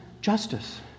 justice